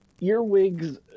earwigs